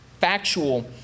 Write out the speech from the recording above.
factual